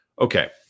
Okay